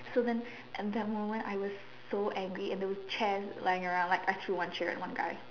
so then at that moment I was so angry and there were chairs lying around like I threw one chair at one guy